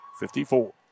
54